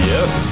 Yes